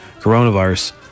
coronavirus